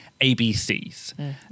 ABCs